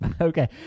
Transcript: Okay